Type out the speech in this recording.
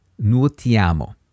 nuotiamo